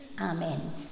Amen